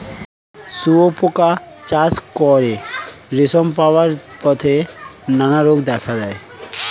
শুঁয়োপোকা চাষ করে রেশম পাওয়ার পথে নানা রোগ দেখা দেয়